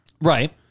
Right